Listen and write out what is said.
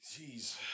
Jeez